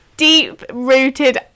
deep-rooted